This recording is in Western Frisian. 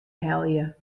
helje